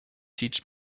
teach